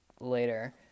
later